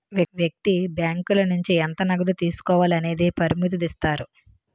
వ్యక్తి బ్యాంకుల నుంచి ఎంత నగదు తీసుకోవాలి అనేది పరిమితుదిస్తారు